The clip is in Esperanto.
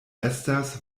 estas